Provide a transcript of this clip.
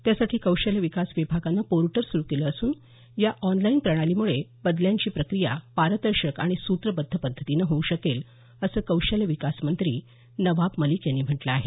त्यासाठी कौशल्य विकास विभागाने पोर्टल सुरु केले असून या ऑनलाईन प्रणालीमुळे बदल्यांची प्रक्रिया पारदर्शक आणि सुत्रबद्ध पद्धतीने होऊ शकेल असं कौशल्य विकास मंत्री नवाब मलिक यांनी म्हटलं आहे